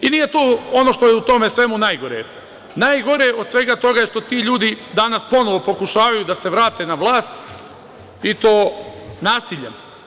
I nije to ono što je u tome svemu najgore, najgore od svega toga je što ti ljudi danas ponovo pokušavaju da se vrate na vlast i to nasiljem.